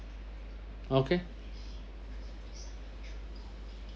okay